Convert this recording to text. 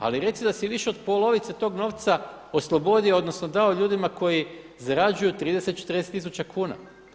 Ali reci da si više od polovice tog novca oslobodio, odnosno dao ljudima koji zarađuju 30, 40000 kuna.